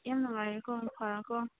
ꯌꯥꯝ ꯅꯨꯡꯉꯥꯏꯔꯦꯀꯣ ꯃꯪ ꯐꯔꯣꯀꯣ